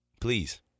please